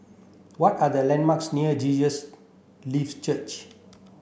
what are the landmarks near Jesus Lives Church